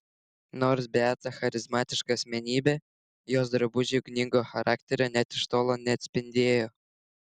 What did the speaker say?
nors beata charizmatiška asmenybė jos drabužiai ugningo charakterio net iš tolo neatspindėjo